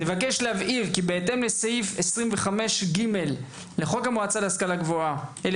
נבקש להבהיר כי בהתאם לסעיף 25ג לחוק המועצה להשכלה גבוהה - 1958,